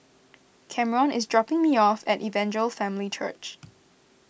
Kameron is dropping me off at Evangel Family Church